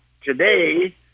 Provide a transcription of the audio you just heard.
today